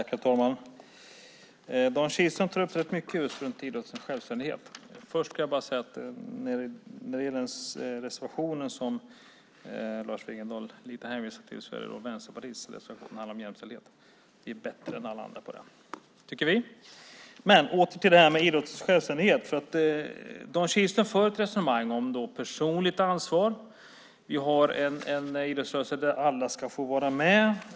Herr talman! Dan Kihlström tar upp rätt mycket just runt idrottens självständighet. Först ska jag bara säga att den reservation som Lars Wegendal lite hänvisade till är Vänsterpartiets reservation. Den handlar om jämställdhet. Vi är bättre än alla andra på det, tycker vi. Men åter till det här med idrottens självständighet. Dan Kihlström för ett resonemang om personligt ansvar. Vi har en idrottsrörelse där alla ska få vara med.